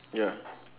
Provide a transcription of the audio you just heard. ya